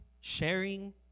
sharing